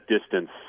distance